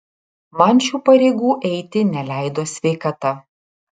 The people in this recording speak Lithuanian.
man šių pareigų eiti neleido sveikata